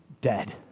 dead